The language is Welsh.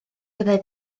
fyddai